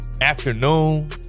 afternoon